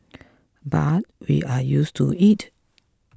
but we are used to it